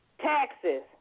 taxes